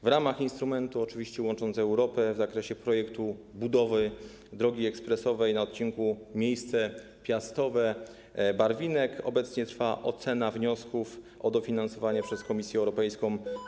W ramach instrumentu ˝Łącząc Europę˝ w zakresie projektu budowy drogi ekspresowej na odcinku Miejsce Piastowe - Barwinek obecnie trwa ocena wniosków o dofinansowanie przez Komisję Europejską.